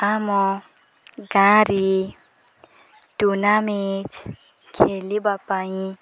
ଆମ ଗାଁରେ ଟୁର୍ଣ୍ଣାମେଣ୍ଟ ଖେଳିବା ପାଇଁ